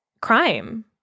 crime